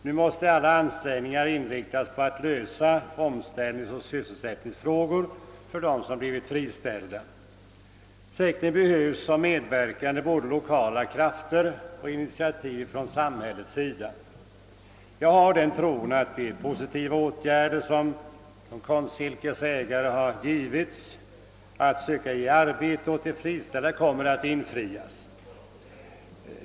Nu måste alla ansträngningar inriktas på att lösa omställningsoch sysselsättningsfrågorna för dem som blivit friställda. Säkerligen behövs som medverkande både lokala krafter och initiativ från samhällets sida. Jag har den tron att de positiva åtgärder som: Konstsilkes ägare ställt i utsikt och som skulle ge arbete åt de friställda kommer att ge resultat.